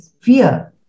fear